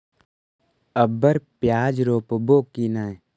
अबर प्याज रोप्बो की नय?